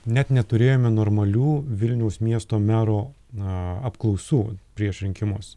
net neturėjome normalių vilniaus miesto mero na apklausų prieš rinkimus